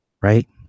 Right